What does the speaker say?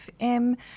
FM